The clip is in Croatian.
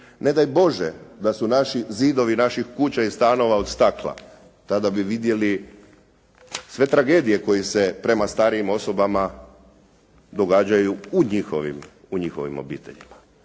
Ne daj Bože da su naši zidovi, naših kuća i stanova od stakla, tada bi vidjeli sve tragedije koje se prema starijim osobama događaju u njihovim obiteljima.